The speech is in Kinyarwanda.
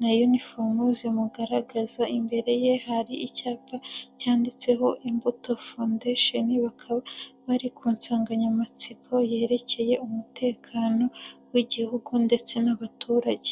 na unifomu zimugaragaza, imbere ye hari icyapa cyanditseho Imbuto foundation bakaba bari ku nsanganyamatsiko yerekeye umutekano w'igihugu ndetse n'abaturage.